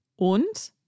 und